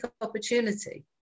opportunity